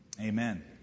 amen